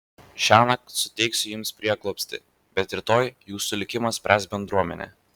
šiąnakt suteiksiu jums prieglobstį bet rytoj jūsų likimą spręs bendruomenė